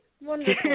Wonderful